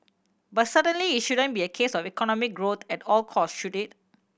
but certainly it shouldn't be a case of economic growth at all costs should it